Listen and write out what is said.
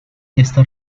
esta